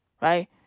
right